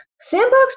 Sandbox